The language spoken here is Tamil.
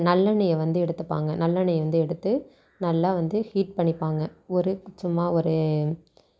நல்லெண்ணையை வந்து எடுத்துப்பாங்க நல்லெண்ணயை வந்து எடுத்து நல்லா வந்து ஹீட் பண்ணிப்பாங்க ஒரு சும்மா ஒரு